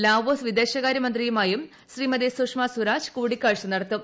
Laos വിദേശകാര്യ മന്ത്രിയുമായും ശ്രീമതി സുഷമ സ്വരാജ് കൂടിക്കാഴ്ച നടത്തും